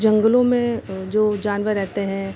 जंगलों में जो जानवर रहते हैं